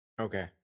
Okay